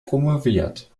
promoviert